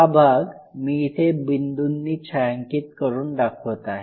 हा भाग मी इथे बिंदूंनी छायांकित करून दाखवत आहे